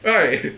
right